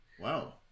Wow